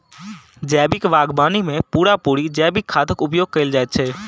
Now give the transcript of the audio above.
जैविक बागवानी मे पूरा पूरी जैविक खादक उपयोग कएल जाइत छै